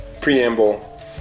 preamble